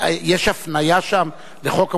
יש הפניה שם לחוק המוזיאונים?